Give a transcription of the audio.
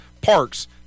parks